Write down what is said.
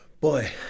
Boy